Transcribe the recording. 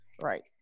Right